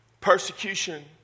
persecution